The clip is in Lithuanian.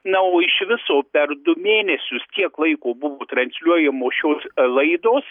na o iš viso per du mėnesius kiek laiko buvo transliuojamos šios laidos